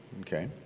Okay